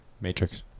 matrix